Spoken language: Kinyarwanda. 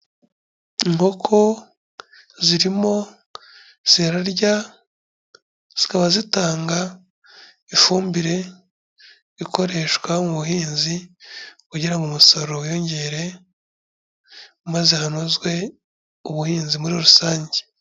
Inkoko zirimo zirarya, zikaba zitanga ifumbire ikoreshwa mu buhinzi kugira ngo umusaruro wiyongere maze hanozwe ubuhinzi muri rusange.